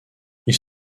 ils